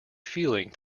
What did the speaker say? feeling